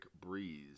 Breeze